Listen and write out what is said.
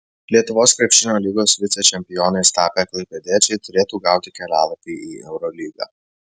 lietuvos krepšinio lygos vicečempionais tapę klaipėdiečiai turėtų gauti kelialapį į eurolygą